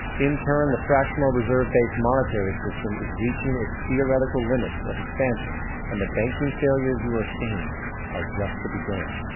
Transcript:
in turn the fractional reserve based monetary system is reaching it's theoretical limits of expansion and the banking failures you are seeing are just the beginning.